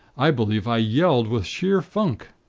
i believe i yelled with sheer funk.